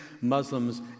Muslims